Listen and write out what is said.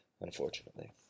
Unfortunately